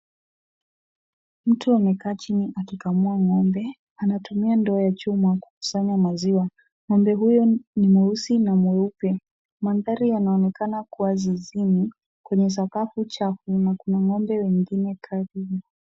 Mtu amekaa chini akikamua ngombe, anatumia ndoo ya chuma kukusanya maziwa. Ngombe huyo ni mweusi na mweupe. Maandhari yanaonekana kuwa zizini kwenye sakafu chafu na kuna ngombe nyingine kando.